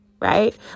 right